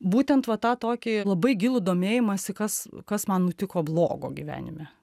būtent va tą tokį labai gilų domėjimąsi kas kas man nutiko blogo gyvenime